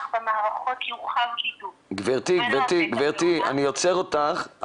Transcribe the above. במערכת כי הוא חב בידוד --- גבירתי אני עוצר אותך,